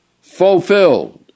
Fulfilled